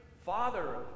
father